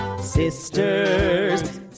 Sisters